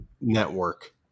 network